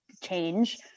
change